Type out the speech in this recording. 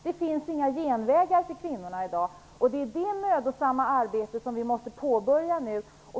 Det finns inga genvägar för kvinnorna i dag. Det är detta mödosamma arbete som vi måste påbörja nu.